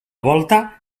volta